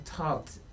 talked